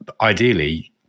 ideally